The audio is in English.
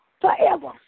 forever